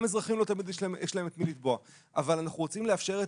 גם לאזרחים לא תמיד יש את מי לתבוע אבל אנחנו רוצים לאפשר את